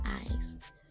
eyes